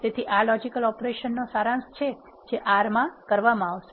તેથી આ લોજિકલ ઓપરેશનનો સારાંશ છે જે R માં કરવામાં આવશે